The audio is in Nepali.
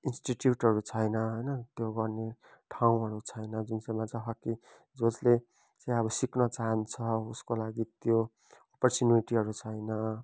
इन्स्टिट्युटहरू छैन होइन त्यो गर्ने ठाउँहरू छैन जुन चाहिँमा चाहिँ हकी जसले चाहिँ अब सिक्न चहान्छ उसको लागि त्यो अप्परच्युनिटीहरू छैन